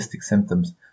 symptoms